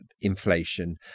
inflation